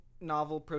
novel